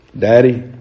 Daddy